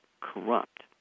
corrupt